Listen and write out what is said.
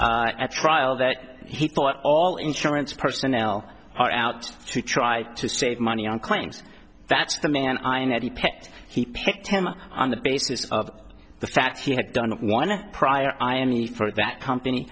say at trial that he thought all insurance personnel are out to try to save money on claims that's the man i am that he picked he picked him up on the basis of the fact he had done one of prior i any for that company